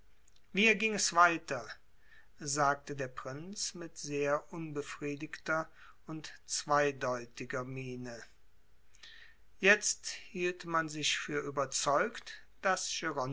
wie erging es weiter sagte der prinz mit sehr unbefriedigter und zweideutiger miene jetzt hielt man sich für überzeugt daß